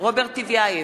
רוברט טיבייב,